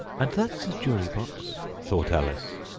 and that's the jury-box thought alice,